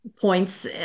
Points